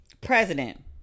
president